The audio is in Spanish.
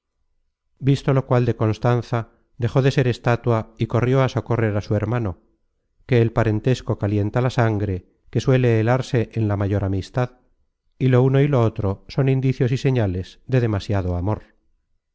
visto lo cual de constanza dejó de ser estatua y corrió á socorrer á su hermano que el parentesco calienta la sangre que suele helarse en la mayor amistad y lo uno y lo otro son indicios y señales de demasiado amor